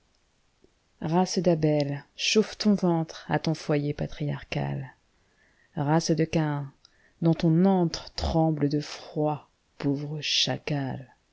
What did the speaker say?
race d'abel chaufte ion ventrea ton foyer patriarcal race de caïn dans ton antretremble de froid pauvre chacall